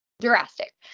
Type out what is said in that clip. Drastic